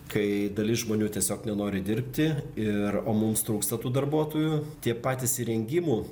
kai dalis žmonių tiesiog nenori dirbti ir o mums trūksta tų darbuotojų tie patys įrengimų